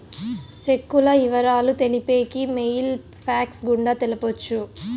సెక్కుల ఇవరాలు తెలిపేకి మెయిల్ ఫ్యాక్స్ గుండా తెలపొచ్చు